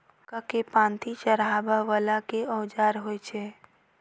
मक्का केँ पांति चढ़ाबा वला केँ औजार होइ छैय?